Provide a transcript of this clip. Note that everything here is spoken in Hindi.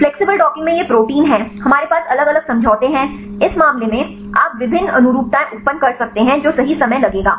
फ्लेक्सिबल डॉकिंग में यह प्रोटीन है हमारे पास अलग अलग समझौते हैं इस मामले में आप विभिन्न अनुरूपताएं उत्पन्न कर सकते हैं जो सही समय लगेगा